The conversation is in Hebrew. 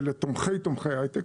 ולתומכי תומכי היי-טק.